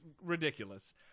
Ridiculous